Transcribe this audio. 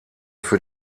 für